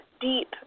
deep